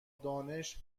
دانش